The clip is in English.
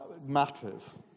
matters